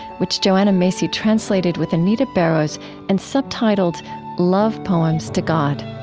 which joanna macy translated with anita barrows and subtitled love poems to god.